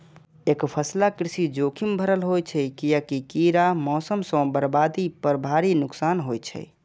एकफसला कृषि जोखिम भरल होइ छै, कियैकि कीड़ा, मौसम सं बर्बादी पर भारी नुकसान होइ छै